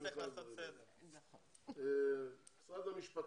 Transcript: משרד המשפטים,